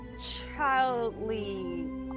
Childly